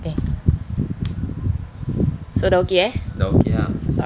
eh so dah okay eh